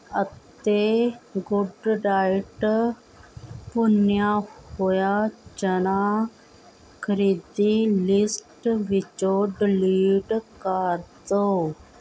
ਅਤੇ ਗੁੱਡਡਾਇਟ ਭੁੰਨਿਆ ਹੋਇਆ ਚਨਾ ਖਰੀਦੀ ਲਿਸਟ ਵਿੱਚੋਂ ਡਿਲੀਟ ਕਰ ਦਿਉ